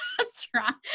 restaurant